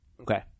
Okay